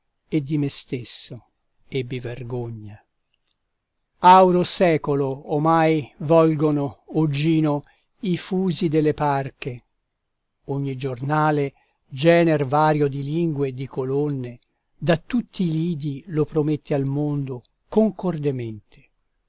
e di me stesso ebbi vergogna auro secolo omai volgono o gino i fusi delle parche ogni giornale gener vario di lingue e di colonne da tutti i lidi lo promette al mondo concordemente